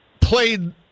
played